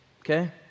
Okay